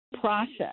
process